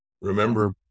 remember